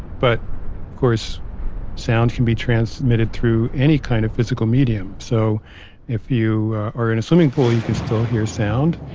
but course sound can be transmitted through any kind of physical medium. so if you are in a swimming pool you can still hear sound.